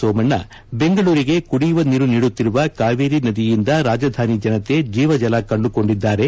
ಸೋಮಣ್ಣ ಬೆಂಗಳೂರಿಗೆ ಕುಡಿಯುವ ನೀರು ನೀಡುತ್ತಿರುವ ಕಾವೇರಿ ನದಿಯಿಂದ ರಾಜ್ಯದ ರಾಜಧಾನಿ ಜನತೆ ಜೀವ ಜಲ ಕಂಡು ಕೊಂಡಿದ್ದಾರೆ